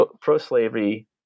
pro-slavery –